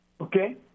okay